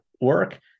work